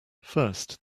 first